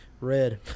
Red